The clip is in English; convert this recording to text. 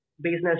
business